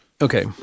okay